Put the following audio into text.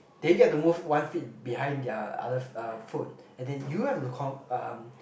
they get to move one feet behind their other uh foot and then you have to come uh